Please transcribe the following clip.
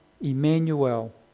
Emmanuel